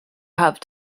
have